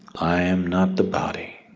i am not the body